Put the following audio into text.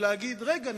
ולהגיד: רגע,